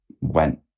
went